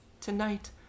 Tonight